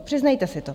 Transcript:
Přiznejte si to!